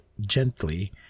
gently